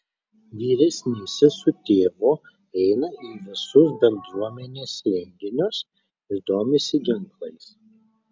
vyresnysis su tėvu eina į visus bendruomenės renginius ir domisi ginklais